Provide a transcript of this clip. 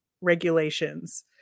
regulations